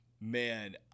man